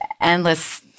endless